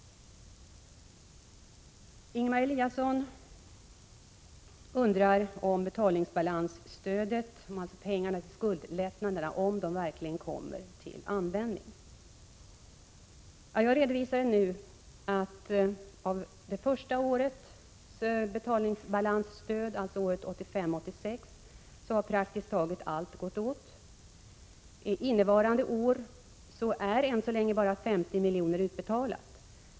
Ingemar Eliasson undrar om betalningsbalansstödet — pengarna till skuldlättnader — verkligen kommer till användning. Jag vill redovisa att av betalningsbalansstödet för det första året, 1985/86, praktiskt taget allt har gått åt. Innevarande år har än så länge bara 50 miljoner utbetalats.